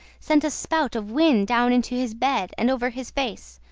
sent a spout of wind down into his bed and over his face,